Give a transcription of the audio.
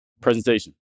presentation